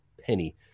Penny